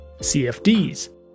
CFDs